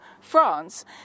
France